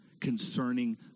concerning